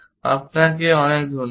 আপনাকে অনেক ধন্যবাদ